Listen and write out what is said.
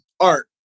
art